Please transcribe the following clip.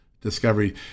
discovery